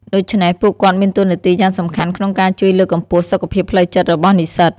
ដូច្នេះ ពួកគាត់មានតួនាទីយ៉ាងសំខាន់ក្នុងការជួយលើកកម្ពស់សុខភាពផ្លូវចិត្តរបស់និស្សិត។